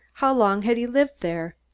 how long had he lived there?